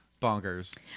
bonkers